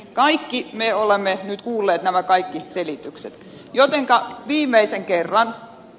kaikki me olemme nyt kuulleet nämä kaikki selitykset jotenka viimeisen kerran